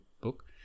book